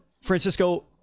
Francisco